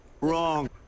Wrong